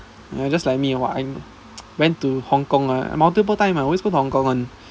!wah! ya that's like me leh I'm went to Hong-Kong ah multiple time I always go to Hong-Kong [one]